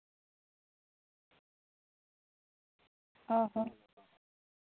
ᱚᱸᱻ ᱦᱚᱸ